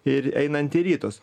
ir einanti į rytus